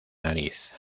nariz